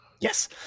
Yes